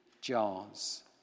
jars